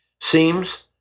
seems